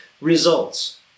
results